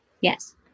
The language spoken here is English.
Yes